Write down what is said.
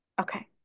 Okay